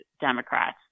Democrats